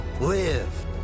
live